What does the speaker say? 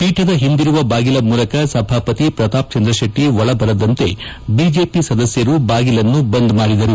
ಪೀಠದ ಹಿಂದಿರುವ ಬಾಗಿಲ ಮೂಲಕ ಸಭಾಪತಿ ಪ್ರತಾಪ್ ಚಂದ್ರಶೆಟ್ಟಿ ಒಳಬರದಂತೆ ಬಿಜೆಪಿ ಸದಸ್ಯರು ಬಾಗಿಲನ್ನು ಬಂದ್ ಮಾಡಿದರು